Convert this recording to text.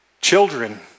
Children